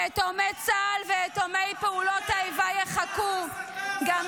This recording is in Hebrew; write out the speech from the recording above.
יתומי צה"ל ויתומי פעולות האיבה יחכו -- איזה כספי שוחד?